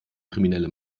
kriminelle